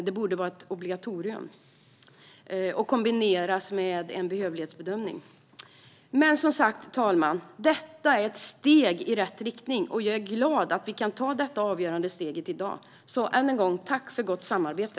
Det borde vara ett obligatorium och kombineras med en behövlighetsbedömning. Fru talman! Detta är ändå ett steg i rätt riktning, och jag är glad att vi kan ta detta avgörande steg i dag. Tack än en gång för gott samarbete!